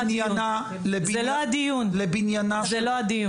לבניינה, לבניינה -- זה לא הדיון, זה לא הדיון.